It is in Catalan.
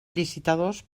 licitadors